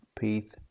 peace